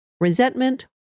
resentment